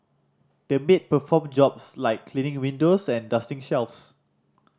the maid performed jobs like cleaning windows and dusting shelves